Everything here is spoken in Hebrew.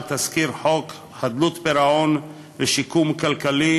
תזכיר חוק חדלות פירעון ושיקום כלכלי,